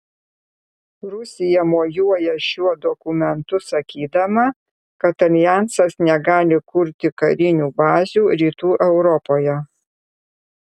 rusija mojuoja šiuo dokumentu sakydama kad aljansas negali kurti karinių bazių rytų europoje